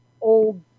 old